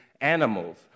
animals